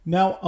Now